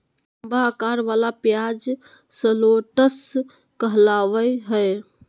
लंबा अकार वला प्याज शलोट्स कहलावय हय